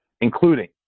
including